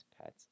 pets